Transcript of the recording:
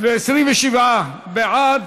27 בעד,